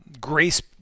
grace